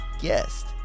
guest